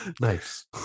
Nice